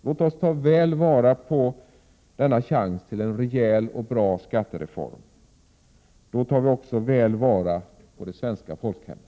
Låt oss ta väl vara på denna chans till en rejäl och bra skattereform. Då tar vi också väl vara på det svenska folkhemmet.